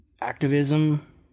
activism